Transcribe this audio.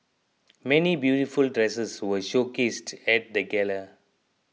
many beautiful dresses were showcased at the gala